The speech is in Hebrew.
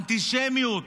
אנטישמיות